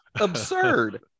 absurd